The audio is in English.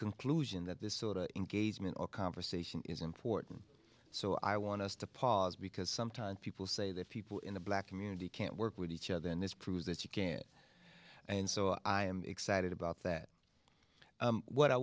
conclusion that this sort of engagement or conversation is important so i want us to pause because sometimes people say that people in the black community can't work with each other and this proves that you can't and so i am excited about that what i